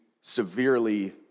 severely